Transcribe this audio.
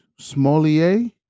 Smolier